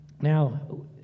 Now